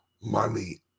money